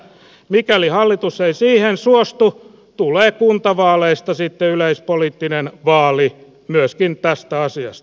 mikäli hallitus ei siihen suostu tulee kuntavaaleista sitten yleispoliittinen vaali myöskin tästä asiasta